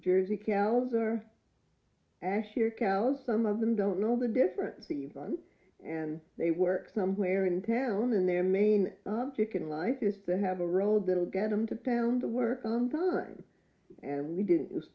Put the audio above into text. or cows some of them don't know the difference even and they work somewhere in town and their main object in life is to have a road that will get them to town to work on time and we didn't use